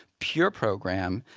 pure program,